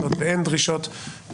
זאת אומרת אין דרישות צורניות.